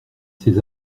ces